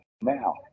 Now